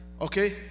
okay